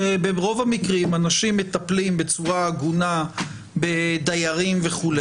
כי ברוב המקרים אנשים מטפלים בצורה הגונה בדיירים וכו',